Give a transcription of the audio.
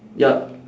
ya